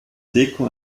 deko